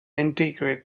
integrate